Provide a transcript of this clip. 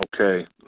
Okay